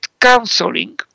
counseling